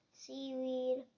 seaweed